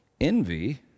envy